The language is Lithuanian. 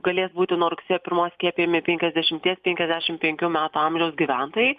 galės būti nuo rugsėjo pirmos skiepijami penkiasdešimties penkiasdešimt penkių metų amžiaus gyventojai